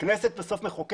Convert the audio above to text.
הכנסת היא זו שבסוף מחוקקת.